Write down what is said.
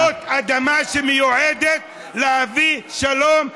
זאת אדמה שמיועדת להביא שלום,